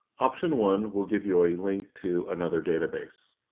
option one will give you a link to another database.